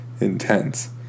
intense